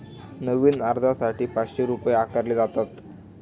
नवीन अर्जासाठी पाचशे रुपये आकारले जातात